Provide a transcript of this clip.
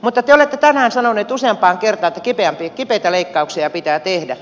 te olette tänään sanonut useampaan kertaan että kipeitä leikkauksia pitää tehdä